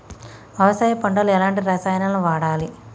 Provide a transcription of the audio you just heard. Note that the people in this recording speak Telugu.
వ్యవసాయం పంట లో ఎలాంటి రసాయనాలను వాడాలి?